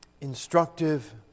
instructive